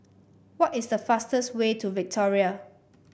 what is the fastest way to Victoria